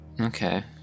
Okay